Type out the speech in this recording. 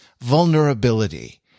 vulnerability